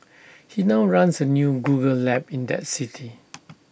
he now runs A new Google lab in that city